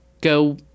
go